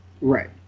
right